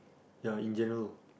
ya in general